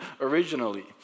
originally